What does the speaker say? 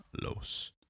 Los